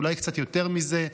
אולי קצת יותר מזה.